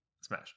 smash